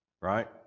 Right